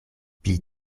pli